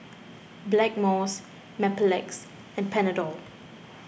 Blackmores Mepilex and Panadol